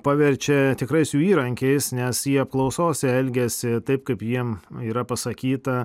paverčia tikrais jų įrankiais nes jie apklausose elgiasi taip kaip jiem yra pasakyta